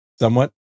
Somewhat